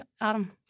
Adam